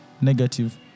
negative